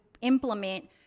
implement